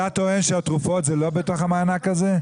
אתה טוען שהתרופות הן לא בתוך המענק הזה?